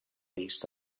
based